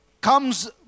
comes